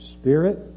Spirit